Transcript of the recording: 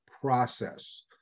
process